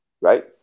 Right